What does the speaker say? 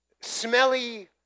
smelly